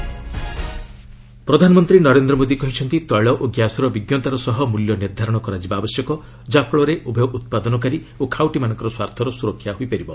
PM Petrotech ପ୍ରଧାନମନ୍ତ୍ରୀ ନରେନ୍ଦ୍ର ମୋଦି କହିଛନ୍ତି ତୈଳ ଓ ଗ୍ୟାସ୍ର ବିଜ୍ଞତାର ସହ ମ୍ବଲ୍ୟ ନିର୍ଦ୍ଧାରଣ କରାଯିବା ଆବଶ୍ୟକ ଯାହାଫଳରେ ଉଭୟ ଉତ୍ପାଦନକାରୀ ଓ ଖାଉଟିମାନଙ୍କର ସ୍ୱାର୍ଥର ସ୍ୱରକ୍ଷା ହୋଇପାରିବ